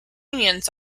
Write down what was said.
unions